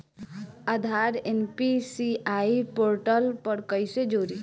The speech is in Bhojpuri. आधार एन.पी.सी.आई पोर्टल पर कईसे जोड़ी?